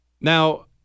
Now